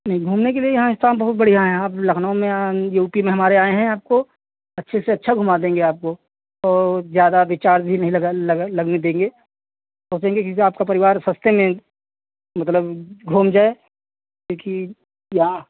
जी घूमने के लिए यहाँ स्थान बहुत बढ़िया हैं आप लखनऊ में यू पी में हमारे आए हैं आपको अच्छे से अच्छा घुमा देंगे आपको और ज़्यादा विचार भी नहीं लग लगने देंगे सोचेंगे क्योंकि आपका परिवार सस्ते में मतलब घूम जाए क्योंकि यहाँ